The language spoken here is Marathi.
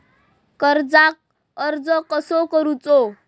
कर्जाक अर्ज कसो करूचो?